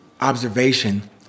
observation